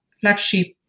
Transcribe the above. flagship